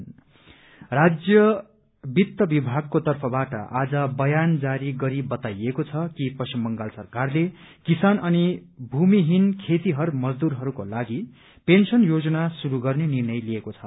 आज राज्य वित्त विभागको तर्फबाट बयान जारी गरी बताइएको छ कि पश्चिम बंगाल सरकारले किसान अनि भूमिहीन खेती मजदूरहरूको लागि पेन्शन योजना शुरू गर्ने निर्णय लिएको छ